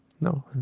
No